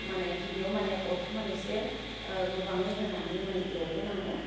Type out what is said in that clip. माने गिबियाव माने अरखौ माने एसे गोबाङै होनानै माने एवगोन आङो